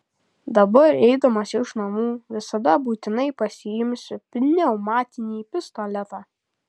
dabar eidamas iš namų visada būtinai pasiimsiu pneumatinį pistoletą